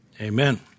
amen